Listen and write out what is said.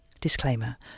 Disclaimer